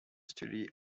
study